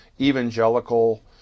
evangelical